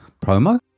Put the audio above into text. Promo